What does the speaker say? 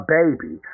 baby